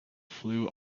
flew